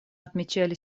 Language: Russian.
отмечали